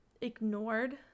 ignored